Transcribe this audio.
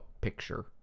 picture